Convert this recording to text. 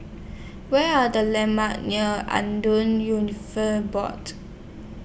Where Are The landmarks near Board